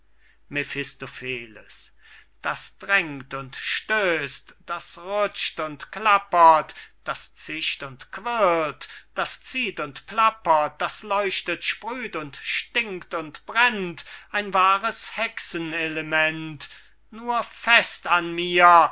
mephistopheles das drängt und stößt das ruscht und klappert das zischt und quirlt das zieht und plappert das leuchtet sprüht und stinkt und brennt ein wahres hexenelement nur fest an mir